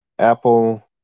Apple